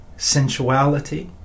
sensuality